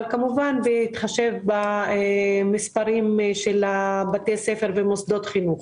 אבל כמובן בהתחשב במספר בתי הספר ומוסדות החינוך.